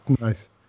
Nice